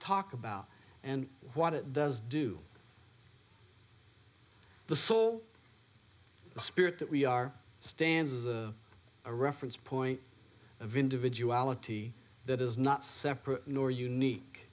talk about and what it does do the soul the spirit that we are standing the a reference point of individuality that is not separate nor unique